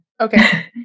okay